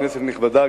כנסת נכבדה,